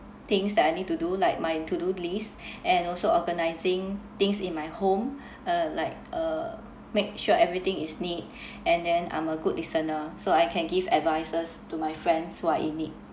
things that I need to do like my to-do list and also organising things in my home uh like uh make sure everything is neat and then I'm a good listener so I can give advices to my friends who are in need